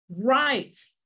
Right